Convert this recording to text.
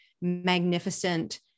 magnificent